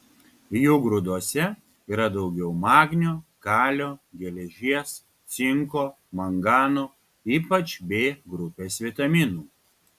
jų grūduose yra daugiau magnio kalio geležies cinko mangano ypač b grupės vitaminų